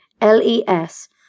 L-E-S